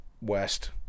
west